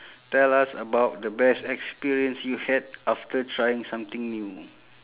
tell us about the best experience you had after trying something new